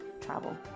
travel